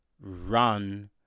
Run